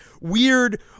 weird